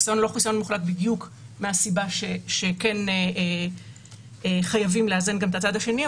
החיסיון לא מוחלט בדיוק מהסיבה שחייבים לאזן גם את הצד השני.